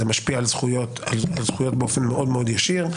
זה משפיע על זכויות באופן מאוד ישיר.